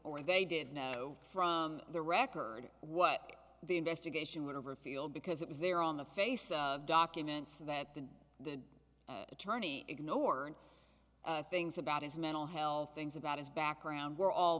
or they did know from the record what the investigation would have her feel because it was there on the face of documents that the the attorney ignored things about his mental health things about his background were all